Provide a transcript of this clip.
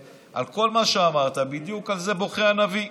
ועל כל מה שאמרת, בדיוק על זה בוכה הנביא.